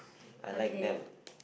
I like them